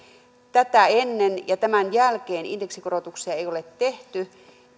tätä ennen ja tämän jälkeen indeksikorotuksia ei ole tehty